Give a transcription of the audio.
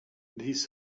these